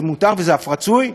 זה מותר וזה אף רצוי,